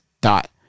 dot